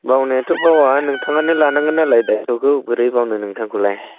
बावनायाथ' बावा नोंथाङानो लानांगोन नालाय दायथ'खौ बोरै बावनो नोंथांखौलाय